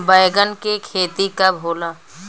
बैंगन के खेती कब होला?